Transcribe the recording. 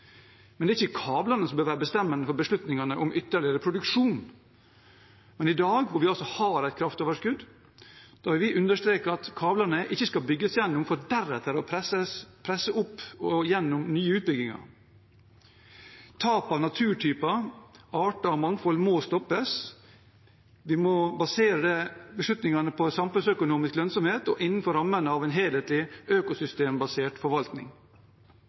men det er ikke kablene som bør være bestemmende for beslutningene om ytterligere produksjon. Men i dag, da vi altså har et kraftoverskudd, vil vi understreke at kablene ikke skal bygges for deretter å presse igjennom nye utbygginger. Tap av naturtyper, arter og mangfold må stoppes. Vi må basere beslutningene på samfunnsøkonomisk lønnsomhet og innenfor rammen av en helhetlig, økosystembasert forvaltning.